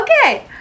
Okay